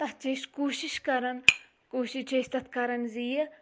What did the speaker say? تَتھ چھِ أسۍ کوٗشِش کَران کوٗشِش چھِ أسۍ تَتھ کَران زِ یہِ